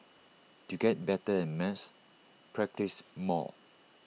to get better at maths practise more